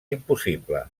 impossible